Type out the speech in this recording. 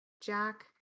Jack